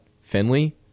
Finley